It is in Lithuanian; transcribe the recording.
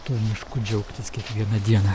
tuo mišku džiaugtis kiekvieną dieną